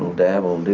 um devils